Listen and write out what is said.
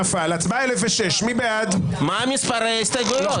מה מספר ההסתייגויות?